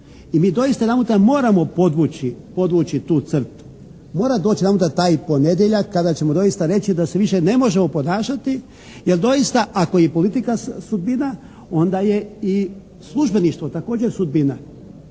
I mi doista jedanputa moramo podvući tu crtu, mora doći jedanputa taj ponedjeljak kada ćemo doista reći da se više ne možemo ponašati jer doista ako je i politika sudbina onda je i službeništvo također sudbina.